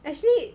actually